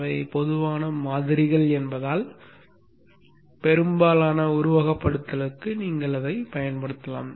அவை பொதுவான மாதிரிகள் என்பதால் பெரும்பாலான உருவகப்படுத்துதலுக்கு நீங்கள் இதைப் பயன்படுத்தலாம்